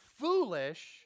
foolish